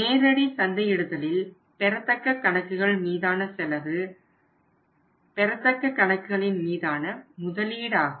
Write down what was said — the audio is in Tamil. நேரடி சந்தையிடுதலில் பெறத்தக்க கணக்குகள் மீதான செலவு பெறத்தக்க கணக்குகளின் மீதான முதலீடாகும்